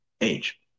age